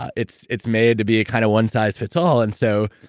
ah it's it's made to be a kind of one size fits all, and so,